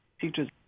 teachers